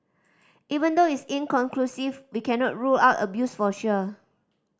even though it's inconclusive we cannot rule out abuse for sure